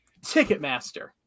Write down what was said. Ticketmaster